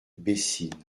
bessines